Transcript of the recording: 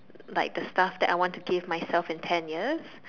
like the stuff that I want to give myself in ten years